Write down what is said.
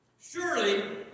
Surely